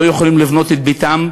לא יכולים לבנות את ביתם.